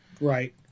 Right